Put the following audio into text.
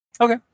Okay